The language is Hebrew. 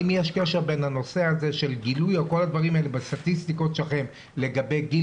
האם יש קשר בין הנושא של גילוי בסטטיסטיקות שלכם לגבי גיל